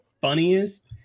funniest